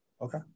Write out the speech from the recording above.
Okay